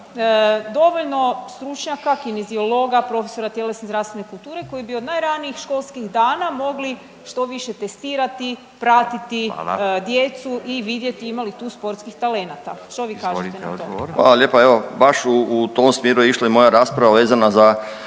dovoljno stručnjaka, kineziologa, profesora tjelesne zdravstvene kulture koji bi od najranijih školskih dana mogli što više testirati, pratiti djecu i vidjeti ima li tu sportskih talenata. Što vi kažete? **Radin, Furio (Nezavisni)** Hvala.